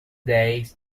dead